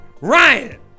Ryan